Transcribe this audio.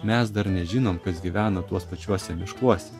mes dar nežinom kas gyvena tuos pačiuose miškuos